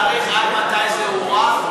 יש תאריך עד מתי זה יוארך?